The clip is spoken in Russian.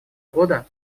года